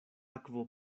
akvo